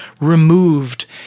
removed